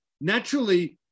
Naturally